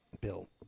Bill